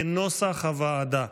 כנוסח הוועדה.